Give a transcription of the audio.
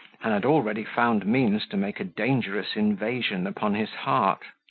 and had already found means to make a dangerous invasion upon his heart.